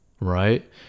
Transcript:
right